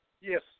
Yes